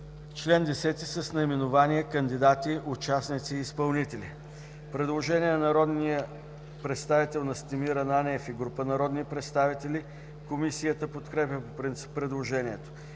Член 10 с наименование: „Кандидати, участници и изпълнители”. Предложение от народния представител Настимир Ананиев и група народни представители. Комисията подкрепя по принцип предложението.